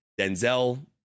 Denzel